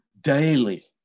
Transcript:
daily